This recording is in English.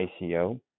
ICO